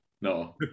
No